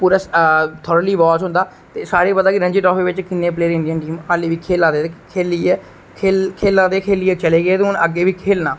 पूरा थारोली बाच होंद ते सारें गी पता के रांजी ट्राॅफी बिच किन्ने प्लेयर इंडियन टीम बिच आहली बी खेला दे ते खैलिये चली गे ते अग्गे बी खेलना ते